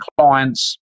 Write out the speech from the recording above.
clients